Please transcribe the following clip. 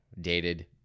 dated